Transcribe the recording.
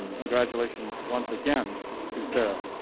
congratulations once again to sarah.